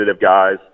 guys